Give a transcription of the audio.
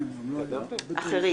אחרים.